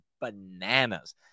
bananas